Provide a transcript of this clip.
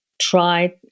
try